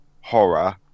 horror